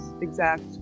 exact